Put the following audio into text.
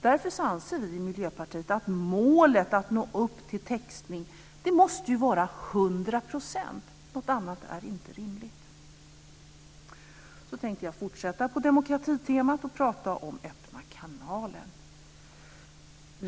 Därför anser vi i Miljöpartiet att målet att nå upp till vad gäller textning måste vara 100 %- något annat är inte rimligt. Jag tänkte fortsätta på demokratitemat och prata om Öppna kanalen.